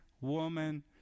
woman